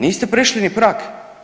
Niste prešli ni prag.